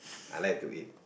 I like to eat